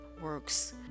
works